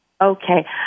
Okay